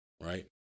right